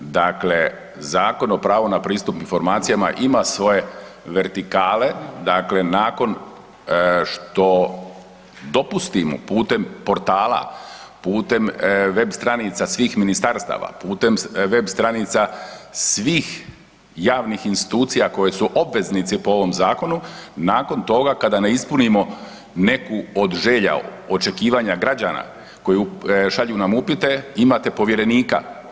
Dakle, Zakon o pravu na pristup na informacijama ima svoje vertikale, dakle nakon što dopustimo putem portala, putem web stranica svih ministarstava, putem web stranica svih javnih institucija koji su obveznici po ovom zakonu, nakon toga kada ne ispunimo neku od želja, očekivanja gađana koji šalju na upite, imate povjerenika.